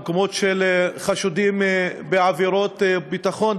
במקומות של חשודים בעבירות ביטחון,